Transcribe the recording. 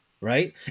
right